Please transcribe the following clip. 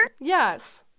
Yes